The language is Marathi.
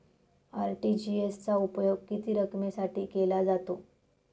आर.टी.जी.एस चा उपयोग किती रकमेसाठी केला जातो?